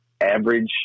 average